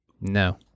no